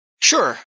Sure